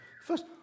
First